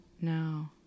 No